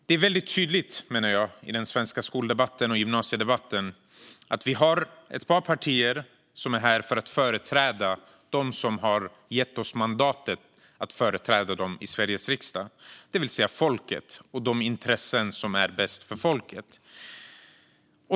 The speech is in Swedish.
Det är väldigt tydligt i den svenska skoldebatten och gymnasiedebatten, menar jag, att vi har ett par partier som är här för att företräda dem som har gett oss mandat att företräda dem i Sveriges riksdag, det vill säga folket och de intressen som är bäst för folket.